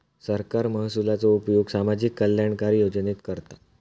सरकार महसुलाचो उपयोग सामाजिक कल्याणकारी योजनेत करता